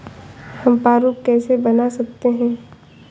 हम प्रारूप कैसे बना सकते हैं?